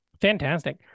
Fantastic